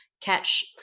catch